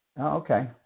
Okay